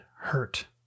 hurt